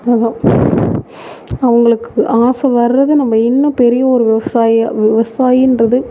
அதுதான் அவங்களுக்கு ஆசை வர்றதும் நம்ம இன்னும் தெரியும் ஒரு விவசாய விவசாயிகிறது